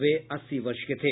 वे अस्सी वर्ष के थे